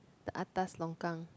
the atas longkang